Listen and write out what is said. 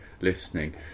listening